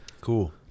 cool